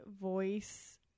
voice